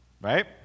right